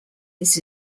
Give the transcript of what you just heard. his